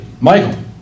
Michael